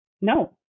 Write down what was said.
No